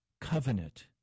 Covenant